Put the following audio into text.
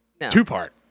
Two-part